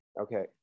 Okay